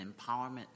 empowerment